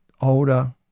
older